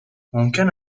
ممکن